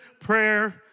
prayer